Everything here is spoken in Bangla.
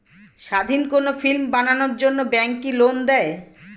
স্বাধীন কোনো ফিল্ম বানানোর জন্য ব্যাঙ্ক কি লোন দেয়?